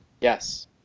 Yes